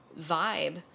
vibe